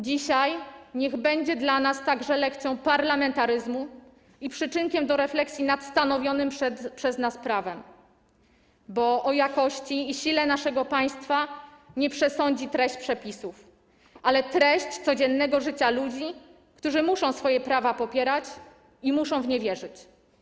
Dzisiaj niech będzie dla nas także lekcją parlamentaryzmu i przyczynkiem do refleksji nad stanowionym przez nas prawem, bo o jakości i sile naszego państwa nie przesądzi treść przepisów, ale treść codziennego życia ludzi, którzy muszą swoje prawa popierać i muszą w nie wierzyć.